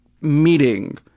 meeting